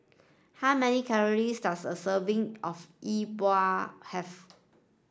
how many calories does a serving of E Bua have